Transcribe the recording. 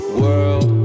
world